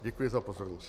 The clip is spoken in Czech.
Děkuji za pozornost.